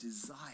desire